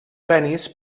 penis